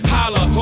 Holla